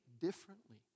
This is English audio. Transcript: differently